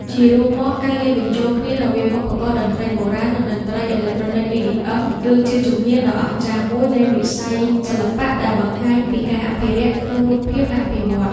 ជារួមមក ការលាយបញ្ចូលគ្នារវាងឧបករណ៍តន្ត្រីបុរាណ និងតន្ត្រីអេឡិចត្រូនិក EDM គឺជាជំហានដ៏អស្ចារ្យមួយនៃវិស័យសិល្បៈដែលបង្ហាញពីការអភិរក្សក្នុងរូបភាពអភិវឌ្ឍ។